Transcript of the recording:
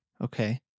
Okay